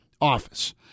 Office